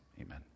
amen